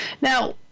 Now